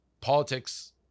politics